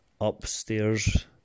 upstairs